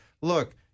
look